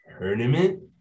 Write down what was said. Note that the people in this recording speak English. tournament